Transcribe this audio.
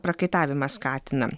prakaitavimą skatina